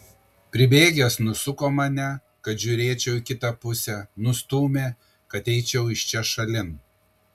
pribėgęs nusuko mane kad žiūrėčiau į kitą pusę nustūmė kad eičiau iš čia šalin